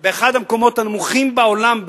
באחד המקומות הנמוכים בעולם,